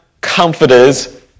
comforters